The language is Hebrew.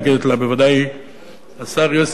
בוודאי השר יוסי פלד